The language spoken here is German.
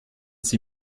sie